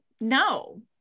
no